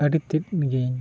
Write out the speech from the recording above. ᱟᱹᱰᱤᱛᱮᱫ ᱜᱮᱧ